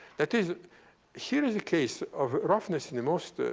that is here is a case of roughness in the most, ah